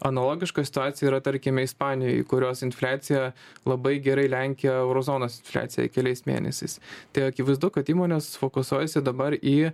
analogiška situacija yra tarkime ispanijoj kurios infliacija labai gerai lenkia euro zonos infliaciją keliais mėnesiais tai akivaizdu kad įmonės fokusuojasi dabar į